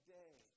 day